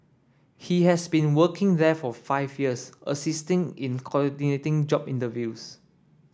he has been working there for five years assisting in coordinating job interviews